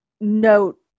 note